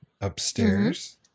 upstairs